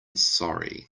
sorry